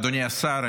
אדוני השר,